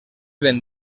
ben